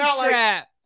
strap